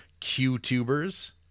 Qtubers